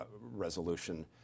resolution